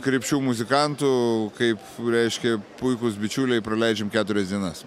krypčių muzikantų kaip reiškia puikūs bičiuliai praleidžiam keturias dienas